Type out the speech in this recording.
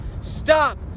stop